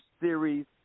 series